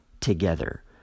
together